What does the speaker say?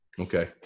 Okay